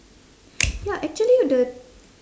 ya actually the